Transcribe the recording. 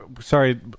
Sorry